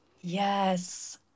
Yes